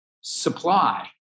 supply